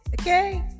Okay